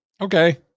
Okay